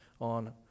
on